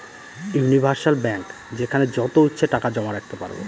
universal bank যেখানে যত ইচ্ছে টাকা জমা রাখতে পারবো